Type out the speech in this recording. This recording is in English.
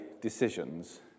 decisions